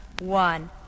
One